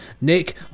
Nick